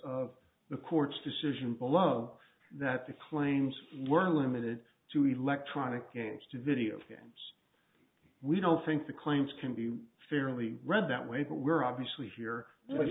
of the court's decision by love that the claims were limited to electronic games to video games we don't think the claims can be fairly read that way but we're obviously here